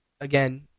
again